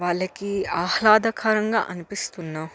వాళ్ళకి ఆహ్లాదకరంగా అనిపిస్తున్న